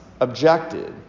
objected